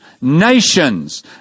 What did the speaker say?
nations